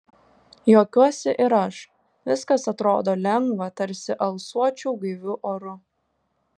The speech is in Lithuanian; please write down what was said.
juokiuosi ir aš viskas atrodo lengva tarsi alsuočiau gaiviu oru